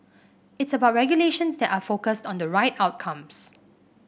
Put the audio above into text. it is about regulations that are focused on the right outcomes